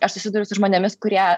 aš susiduriu su žmonėmis kurie